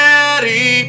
Daddy